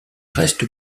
reste